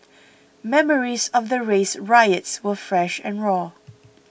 memories of the race riots were fresh and raw